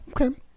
okay